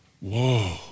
Whoa